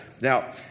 now